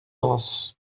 nossos